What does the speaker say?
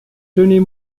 tenez